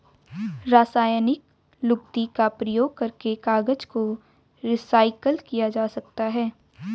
रासायनिक लुगदी का प्रयोग करके कागज को रीसाइकल किया जा सकता है